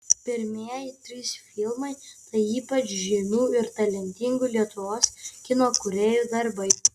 pirmieji trys filmai tai ypač žymių ir talentingų lietuvos kino kūrėjų darbai